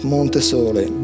Montesole